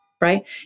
Right